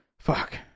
fuck